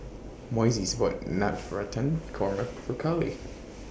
Moises bought Navratan Korma For Carlee